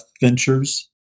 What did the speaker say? Ventures